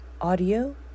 Audio